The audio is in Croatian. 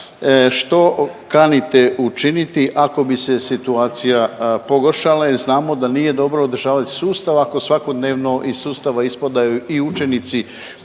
što kanite učinite ako bi se situacija pogoršala jer znamo da nije dobro održavati sustav ako svakodnevno iz sustava ispadaju i učenici